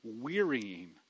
wearying